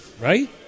Right